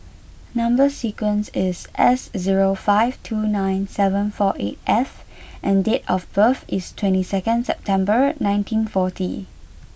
number sequence is S zero five two nine seven four eight F and date of birth is twenty second October nineteen forty